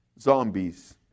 zombies